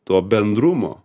to bendrumo